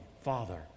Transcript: Father